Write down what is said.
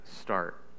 start